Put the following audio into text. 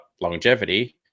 longevity